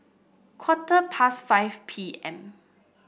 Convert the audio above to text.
quarter past five P M